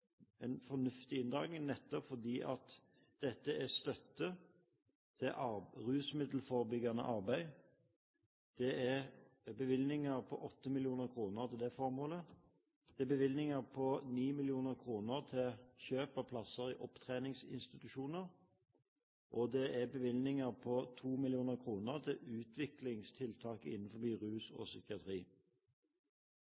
en fornuftig inndragning, nettopp fordi dette er støtte til rusmiddelforebyggende arbeid. Det er bevilgninger på 8 mill. kr til dette formålet. Det er bevilgninger på 9 mill. kr til kjøp av plasser i opptreningsinstitusjoner, og det er bevilgninger på 2 mill. kr til utviklingstiltak innen rus